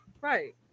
Right